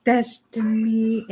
Destiny